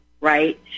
right